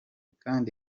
kandi